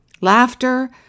Laughter